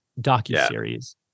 docuseries